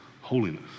holiness